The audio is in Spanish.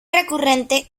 recurrente